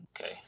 Okay